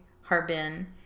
Harbin